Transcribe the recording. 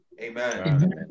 Amen